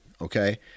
Okay